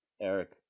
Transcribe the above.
Eric